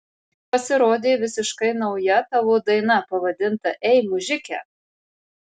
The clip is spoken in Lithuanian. pasirodė visiškai nauja tavo daina pavadinta ei mužike